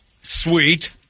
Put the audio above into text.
Sweet